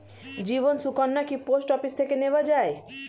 জীবন সুকন্যা কি post office থেকে নেওয়া যায়?